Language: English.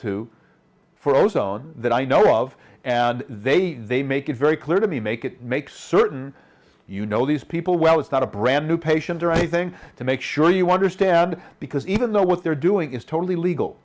to for ozone that i know of and they they make it very clear to me make it make certain you know these people well it's not a brand new patient or anything to make sure you understand because even though what they're doing is totally legal